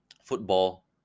football